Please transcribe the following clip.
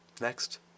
Next